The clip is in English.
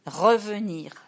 Revenir